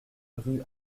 rue